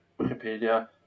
Wikipedia